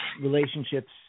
relationships